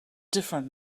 different